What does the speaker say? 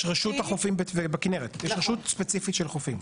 יש רשות החופים בכינרת, יש רשות ספציפית של חופים.